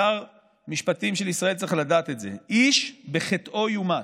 שר המשפטים של ישראל צריך לדעת את זה: איש בחטאו יומת.